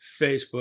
Facebook